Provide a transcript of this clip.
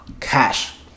cash